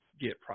get